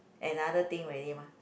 another thing already mah